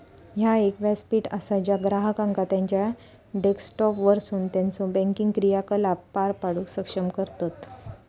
ह्या एक व्यासपीठ असा ज्या ग्राहकांका त्यांचा डेस्कटॉपवरसून त्यांचो बँकिंग क्रियाकलाप पार पाडूक सक्षम करतत